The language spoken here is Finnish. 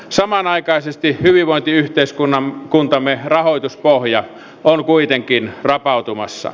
samanaikaisesti hyvinvointiyhteiskuntamme rahoituspohja on kuitenkin rapautumassa